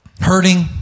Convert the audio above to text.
hurting